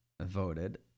voted